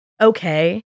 Okay